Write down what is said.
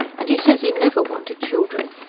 and he says he never wanted children.